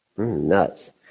Nuts